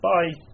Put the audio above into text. Bye